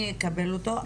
אז יופי אני אקבל אותו.